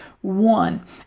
one